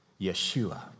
Yeshua